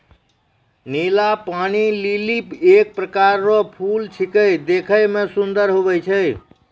नीला पानी लीली एक प्रकार रो फूल छेकै देखै मे सुन्दर हुवै छै